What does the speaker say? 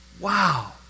Wow